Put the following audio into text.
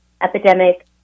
epidemic